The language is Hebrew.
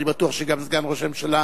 אני בטוח שגם סגן ראש הממשלה